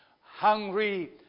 Hungry